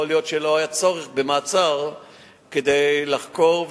יכול להיות שלא היה צורך במעצר כדי לחקור,